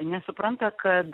nesupranta kad